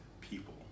people